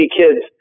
kids